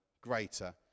greater